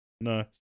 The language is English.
No